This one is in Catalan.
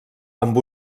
amb